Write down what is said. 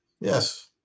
Yes